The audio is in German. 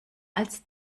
als